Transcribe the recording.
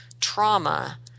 trauma